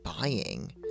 buying